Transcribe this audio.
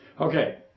Okay